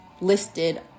listed